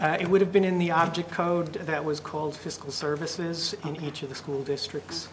before it would have been in the object code that was called fiscal services in each of the school districts